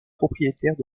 propriétaires